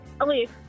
Elise